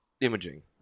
imaging